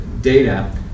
data